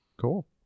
Cool